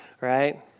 right